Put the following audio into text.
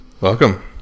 Welcome